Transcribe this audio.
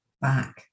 back